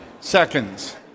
seconds